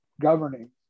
governing